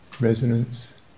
resonance